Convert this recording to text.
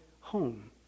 home